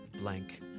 blank